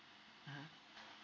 mmhmm